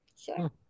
Sure